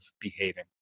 behaving